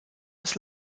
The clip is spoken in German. ist